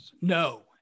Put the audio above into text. No